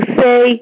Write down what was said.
say